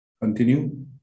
Continue